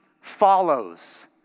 follows